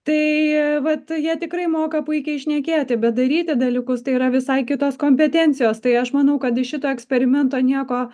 tai vat jie tikrai moka puikiai šnekėti bet daryti dalykus tai yra visai kitos kompetencijos tai aš manau kad iš šito eksperimento nieko